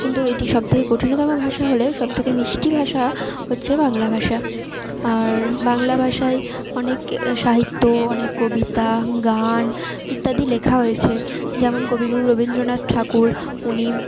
কিন্তু এটি সব থেকে কঠিনতম ভাষা হলেও সব থেকে মিষ্টি ভাষা হচ্ছে বাংলা ভাষা আর বাংলা ভাষায় অনেক সাহিত্য অনেক কবিতা গান ইত্যাদি লেখা হয়েছে যেমন কবিগুরু রবীন্দ্রনাথ ঠাকুর উনি